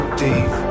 deep